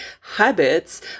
habits